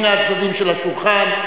משני הצדדים של השולחן,